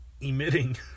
emitting